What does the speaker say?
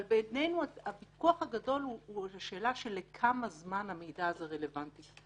אבל בעינינו הוויכוח הגדול הוא על השאלה לכמה זמן המידע הזה רלוונטי.